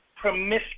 promiscuous